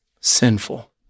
sinful